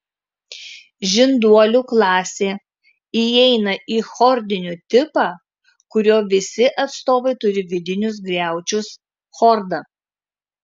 žinduolių klasė įeina į chordinių tipą kurio visi atstovai turi vidinius griaučius chordą